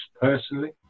personally